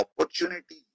opportunity